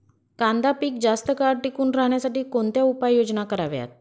कांदा पीक जास्त काळ टिकून राहण्यासाठी कोणत्या उपाययोजना कराव्यात?